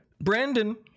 Brandon